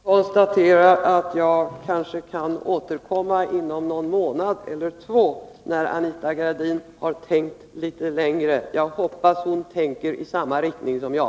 Herr talman! Jag konstaterar att jag kan återkomma till detta inom en månad eller två när Anita Gradin har tänkt litet mer. Jag hoppas hon tänker i samma riktning som jag.